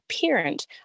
parent